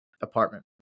apartment